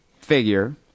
figure